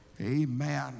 Amen